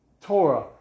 Torah